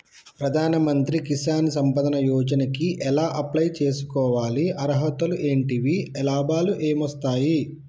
ప్రధాన మంత్రి కిసాన్ సంపద యోజన కి ఎలా అప్లయ్ చేసుకోవాలి? అర్హతలు ఏంటివి? లాభాలు ఏమొస్తాయి?